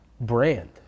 brand